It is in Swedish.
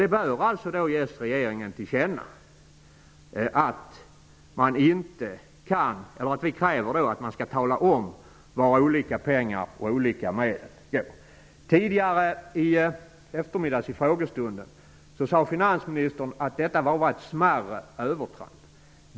Det bör alltså ges regeringen till känna att vi kräver att man talar om vart olika pengar och olika medel går. Tidigare i eftermiddags under frågestunden sade finansministern att detta bara var ett smärre övertramp.